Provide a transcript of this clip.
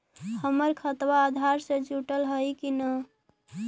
हमर खतबा अधार से जुटल हई कि न?